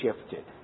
shifted